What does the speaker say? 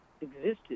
existed